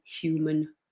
human